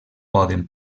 poden